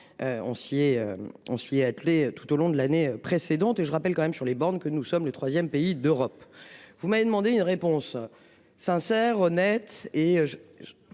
On s'y atteler. Tout au long de l'année précédente et je rappelle quand même sur les bornes que nous sommes le 3ème pays d'Europe. Vous m'avez demandé une réponse. Sincère, honnête et.